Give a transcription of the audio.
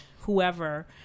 whoever